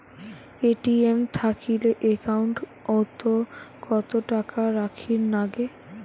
ATM থাকিলে account ওত কত টাকা রাখীর নাগে?